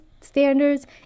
standards